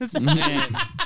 Man